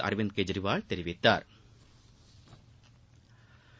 அரவிந்த் கெஜ்ரிவால் தெரிவித்தாா்